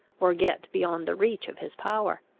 or get beyond the reach of his power.